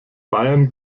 bayern